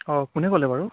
অঁ কোনে ক'লে বাৰু